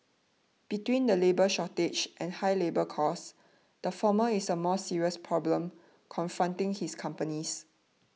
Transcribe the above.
between the labour shortage and high labour costs the former is a more serious problem confronting his companies